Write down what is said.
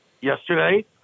yesterday